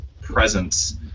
presence